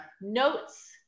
notes